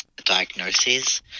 diagnoses